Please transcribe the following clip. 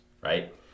right